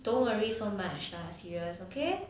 don't worry so much lah serious okay